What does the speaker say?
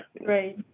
Right